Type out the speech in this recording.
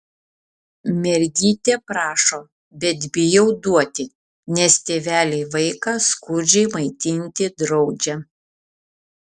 mergytė prašo bet bijau duoti nes tėveliai vaiką skurdžiai maitinti draudžia